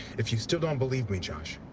if you still don't believe me, josh,